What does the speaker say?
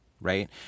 Right